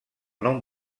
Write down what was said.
nom